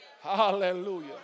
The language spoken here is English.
Hallelujah